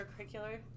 extracurricular